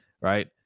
right